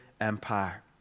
empire